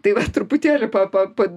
tai vat truputėlį pa pa pa